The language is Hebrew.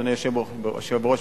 אדוני היושב-ראש,